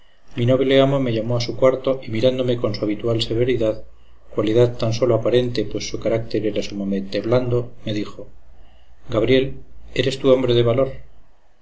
mi noble amo me llamó a su cuarto y mirándome con su habitual severidad cualidad tan sólo aparente pues su carácter era sumamente blando me dijo gabriel eres tú hombre de valor